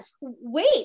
wait